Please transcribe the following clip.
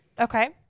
Okay